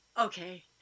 okay